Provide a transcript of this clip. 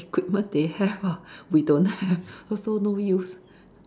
the equipment they have ah we don't have also no use